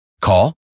Call